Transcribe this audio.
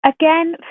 again